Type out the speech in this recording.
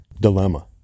dilemma